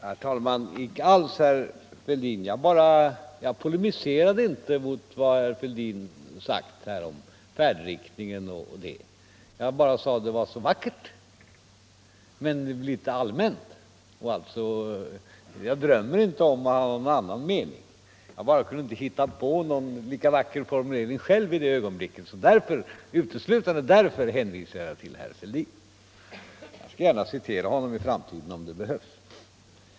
Herr talman! Inte alls, herr Fälldin. Jag polemiserade inte mot vad herr Fälldin hade sagt om färdriktningen — jag sade bara att det var så vackert men litet allmänt. Jag drömmer inte om att ha någon annan mening. Jag kunde bara inte själv hitta på en lika vacker formulering i det ögonblicket, och det var uteslutande därför som jag hänvisade till herr Fälldin. Jag skall gärna citera herr Fälldin i framtiden också, om det behövs.